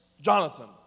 Jonathan